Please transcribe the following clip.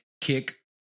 Kick